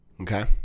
Okay